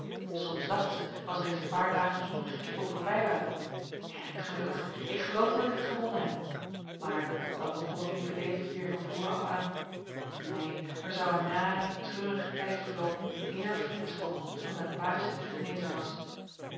soms dacht zij als er eens een paar dagen zonder gekibbel voorbij waren hè gelukkig ik geloof dat ik het gewonnen heb maar dan begon het lieve leventje weer van voren af aan neen er zou een nare treurige tijd verloopen eer frits voor goed van zijn plaagziekte genezen was